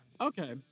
Okay